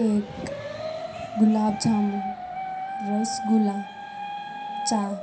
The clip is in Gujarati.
કેક ગુલાબજાંબુ રસગુલા ચા